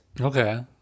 Okay